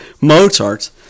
Mozart